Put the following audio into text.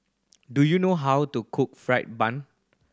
do you know how to cook fried bun